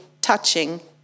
touching